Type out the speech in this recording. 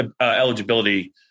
eligibility